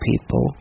people